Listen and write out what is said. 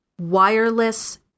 wireless